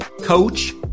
coach